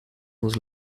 nos